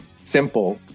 simple